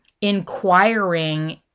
inquiring